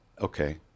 okay